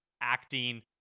acting